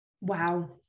Wow